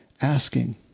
asking